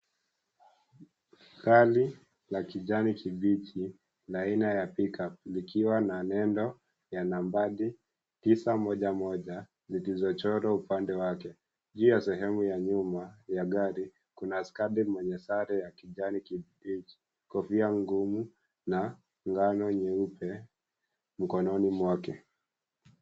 Gari la kijani kibichi la aina ya pick-up likiwa na nembo ya nambari 911 zilizochorwa upande wake. Juu ya sehemu ya nyuma ya gari kuna askari mwenye sare ya kijani kibichi, kofia ngumu na ngao nyeupe mkononi mwake.